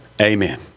Amen